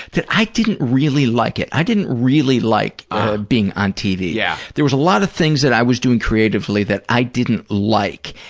that i didn't really like it. i didn't really like being on tv. ah, yeah. there was a lot of things that i was doing creatively that i didn't like,